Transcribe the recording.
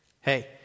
Hey